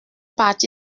parti